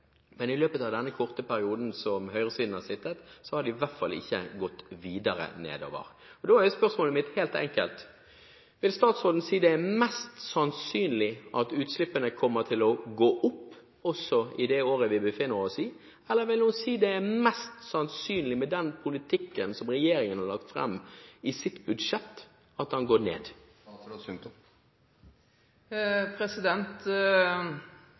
men i løpet av denne korte perioden som høyresiden nå har sittet, har de i hvert fall ikke gått videre nedover. Da er spørsmålet mitt helt enkelt: Vil statsråden si det er mest sannsynlig at utslippene kommer til å gå opp også i det året vi befinner oss i, eller vil hun si det er mest sannsynlig – med den politikken som regjeringen har lagt fram i sitt budsjett – at de går ned?